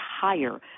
higher